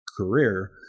career